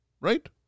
right